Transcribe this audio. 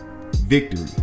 victory